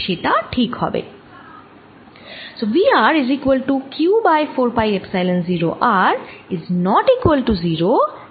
সেটা ঠিক হবে